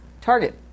Target